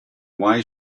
why